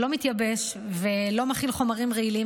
שלא מתייבש ולא מכיל חומרים רעילים,